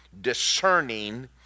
discerning